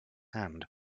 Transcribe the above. hand